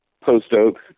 post-oak